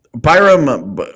Byram